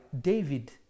David